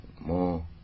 more